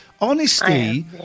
Honesty